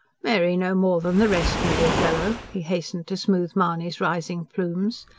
mary no more than the rest, my dear fellow, he hastened to smooth mahony's rising plumes.